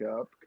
up